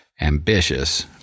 ambitious